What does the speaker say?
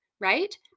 right